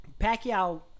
Pacquiao